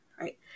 Right